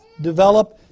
develop